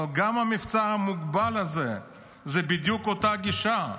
אבל גם המבצע המוגבל הזה זה בדיוק אותה גישה.